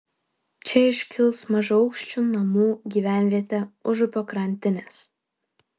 čia iškils mažaaukščių namų gyvenvietė užupio krantinės